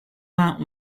vingt